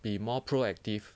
be more proactive